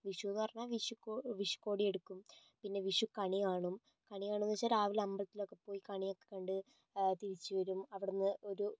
വിഷുയെന്നു പറഞ്ഞാൽ വിഷു വിഷുക്കോടി എടുക്കും പിന്നെ വിഷുക്കണി കാണും കണി കാണുകാണുമെന്നു വച്ചാൽ രാവിലെ അമ്പലത്തിലൊക്കെ പോയി കണിയൊക്കെ കണ്ട് തിരിച്ച് വരും അവിടുന്ന് ഒരു